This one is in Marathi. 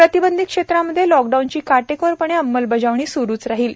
प्रतिबंधित क्षेत्रांमध्ये लॉकडाउनची काटेकोरपणे अंमलबजावणी सुरूच राहील